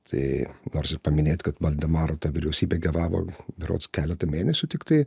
tai nors ir paminėt kad valdemaro ta vyriausybė gevavo berods keletą mėnesių tiktai